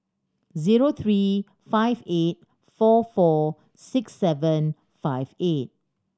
zero three five eight four four six seven five eight